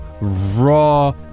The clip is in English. raw